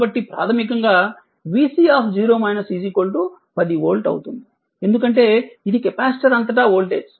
కాబట్టి ప్రాథమికంగా vC 10 volt అవుతుంది ఎందుకంటే ఇది కెపాసిటర్ అంతటా వోల్టేజ్